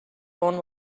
horn